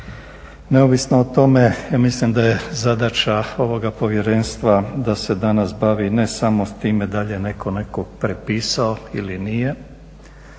Neovisno o tome ja mislim da je zadaća ovoga Povjerenstva da se danas bavi ne samo time da li je netko od nekog prepisao ili nije,